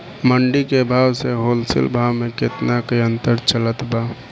मंडी के भाव से होलसेल भाव मे केतना के अंतर चलत बा?